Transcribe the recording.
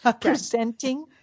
presenting